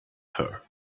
her